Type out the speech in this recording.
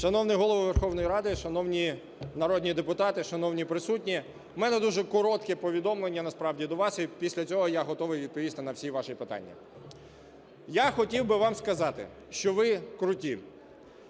Шановний Голово Верховної Ради, шановні народні депутати, шановні присутні! У мене дуже коротке повідомлення насправді для вас, і після цього я готовий відповісти на всі ваші питання. Я хотів би вам сказати, що ви круті,